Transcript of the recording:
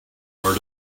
lord